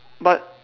but